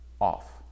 off